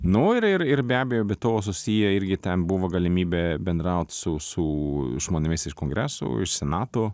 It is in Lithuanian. nu ir ir be abejo be to susiję irgi ten buvo galimybė bendraut su su žmonėmis iš kongreso senato